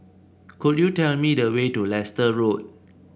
could you tell me the way to Leicester Road